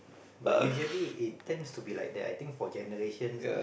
but usually it turns to be like that I think for generations